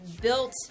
built